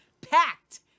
packed